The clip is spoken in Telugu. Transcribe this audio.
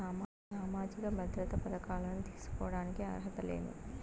సామాజిక భద్రత పథకాలను తీసుకోడానికి అర్హతలు ఏమి?